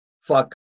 Fuck